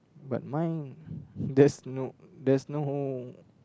but mine there's no there's no